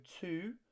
two